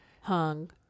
hung